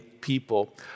people